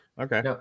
Okay